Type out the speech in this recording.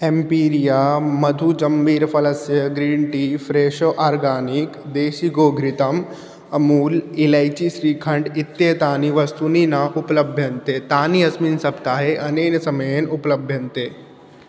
एम्पीरिया मधुजम्भीरफलस्य green tea Fresho organic देशीगोघृतम् अमूल् इलैची श्रीखण्डम् इत्येतानि वस्तूनि न उपलभ्यन्ते तानि अस्मिन् सप्ताहे अनेन समयेन उपलभ्यन्ते